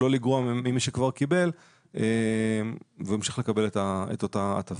לא לגרוע ממי שכבר קיבל והוא ימשיך לקבל את אותה ההטבה.